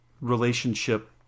relationship